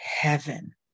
heaven